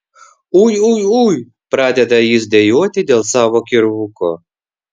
ui ui ui pradeda jis dejuoti dėl savo kirvuko